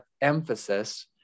emphasis